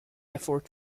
effort